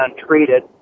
untreated